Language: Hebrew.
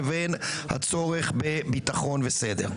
לבין הצורך בביטחון וסדר.